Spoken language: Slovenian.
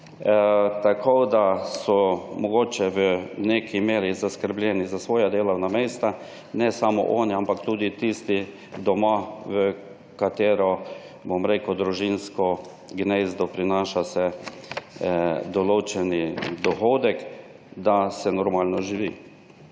tako da so mogoče v neki meri zaskrbljeni za svoja delovna mesta, ne samo oni, ampak tudi tisti doma, v katerih družinsko gnezdo se prinaša določen dohodek, da se normalno živi.